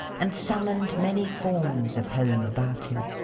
and summoned many forms of home about him.